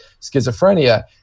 schizophrenia